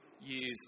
years